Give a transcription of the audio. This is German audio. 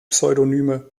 pseudonyme